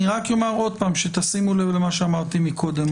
אני רק אומר עוד פעם שתשימו לב למה שאמרתי מקודם,